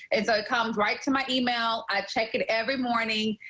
it so it comes right to my email. i check it every morning.